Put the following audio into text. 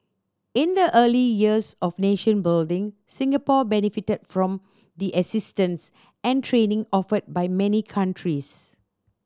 in the early years of nation building Singapore benefited from the assistance and training offered by many countries